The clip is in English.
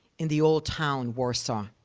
in the old town warsaw.